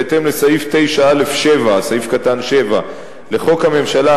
בהתאם לסעיף 9(א)(7) לחוק הממשלה,